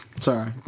sorry